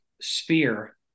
sphere